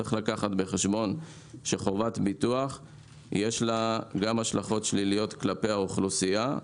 צריך לקחת בחשבון שלחובת ביטוח יש גם השלכות שליליות כלפי האוכלוסייה.